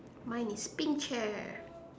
mine is pink chair